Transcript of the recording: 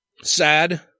sad